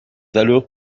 allures